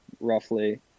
roughly